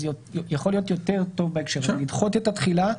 יכול להיות יותר טוב בהקשר הזה לדחות את התחילה.